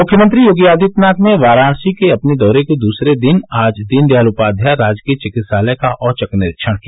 मुख्यमंत्री योगी आदित्यनाथ ने वाराणसी के अपने दौरे के दूसरे दिन आज दीनदयाल उपाध्याय राजकीय चिकित्सालय का औचक निरीक्षण किया